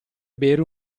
bere